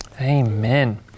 Amen